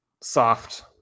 soft